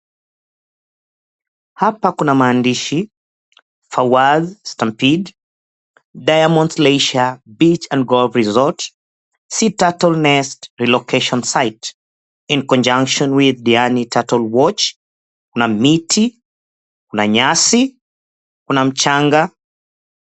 Hapa kuna maandishi Fawaz Stampid Diamonds Leisure Beach and Golf Resort Sea Turtleness Relocation Site in Conjunction with Diani Turtle Watch, kuna miti, kuna nyasi, kuna mchanga.